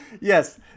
Yes